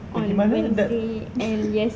pergi mana that